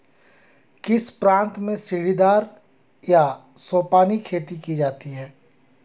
किस प्रांत में सीढ़ीदार या सोपानी खेती की जाती है?